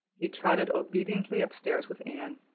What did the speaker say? he trotted obediently upstairs with anne.